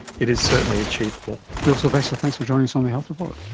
it is certainly achievable. bill silvester, thanks for joining us on the health report.